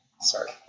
Sorry